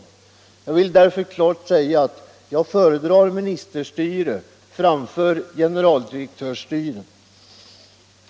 Därför vill jag klart säga att jag föredrar ministerstyre framför generaldirektörsstyre.